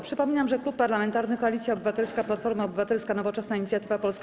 Przypominam, że Klub Parlamentarny Koalicja Obywatelska - Platforma Obywatelska, Nowoczesna, Inicjatywa Polska,